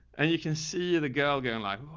and you can see the girl going like,